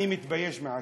אני מתבייש בעצמי.